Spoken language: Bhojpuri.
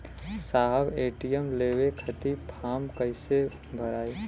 साहब ए.टी.एम लेवे खतीं फॉर्म कइसे भराई?